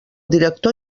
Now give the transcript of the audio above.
director